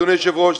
אדוני היושב-ראש,